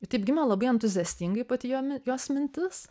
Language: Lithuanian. ji taip gimė labai entuziastingai pati jo jos mintis